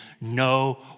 no